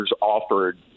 offered